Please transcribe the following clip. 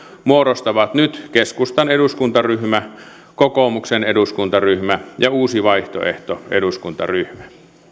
muodostavat nyt keskustan eduskuntaryhmä kokoomuksen eduskuntaryhmä ja uusi vaihtoehto eduskuntaryhmä